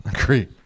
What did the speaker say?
agree